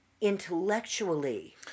intellectually